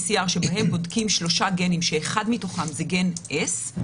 שבהן בודקים שלושה גנים שאחד מתוכם זה גן S,